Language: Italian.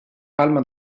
palma